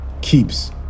keeps